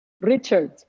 Richard